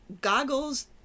goggles